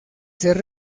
ser